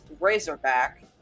Razorback